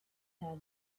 had